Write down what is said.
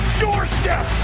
doorstep